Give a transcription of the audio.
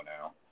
now